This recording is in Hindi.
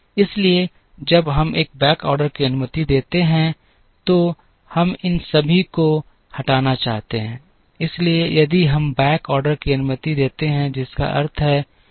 इसलिए जब हम बैक ऑर्डर की अनुमति देते हैं तो हम इन सभी को हटाना चाहते हैं इसलिए यदि हम बैक ऑर्डर की अनुमति देते हैं जिसका अर्थ है